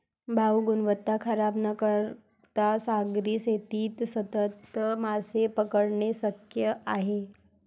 भाऊ, गुणवत्ता खराब न करता सागरी शेतीत सतत मासे पकडणे शक्य आहे